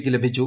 ക്ക് ലഭിച്ചു